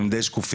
הם די שקופים.